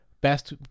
best